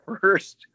first